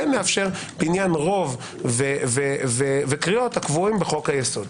כן לאפשר לעניין רוב וקריאות הקבועים בחוק היסוד.